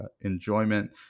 enjoyment